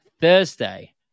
Thursday